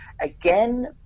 again